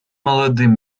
молодым